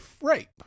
rape